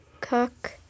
cook